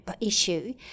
issue